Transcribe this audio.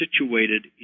situated